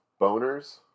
boners